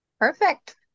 perfect